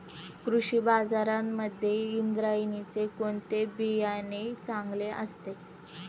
कृषी बाजारांमध्ये इंद्रायणीचे कोणते बियाणे चांगले असते?